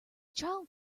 child